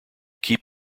keep